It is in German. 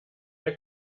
der